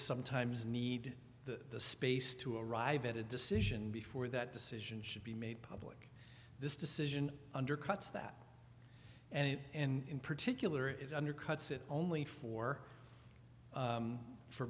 sometimes need the space to arrive at a decision before that decision should be made public this decision undercuts that and in particular it undercuts it only for